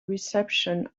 reception